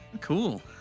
Cool